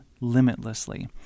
limitlessly